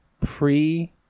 pre